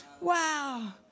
Wow